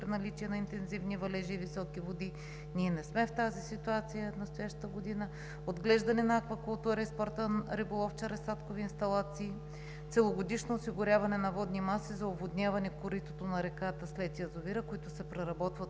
при наличие на интензивни валежи и високи води – ние не сме в тази ситуация в настоящата година; отглеждане на аквакултури и спортен риболов чрез садкови инсталации; целогодишно осигуряване на водни маси за оводняване коритото на реката след язовира, които се преработват